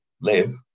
live